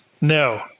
no